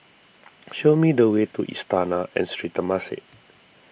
show me the way to Istana and Sri Temasek